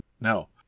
No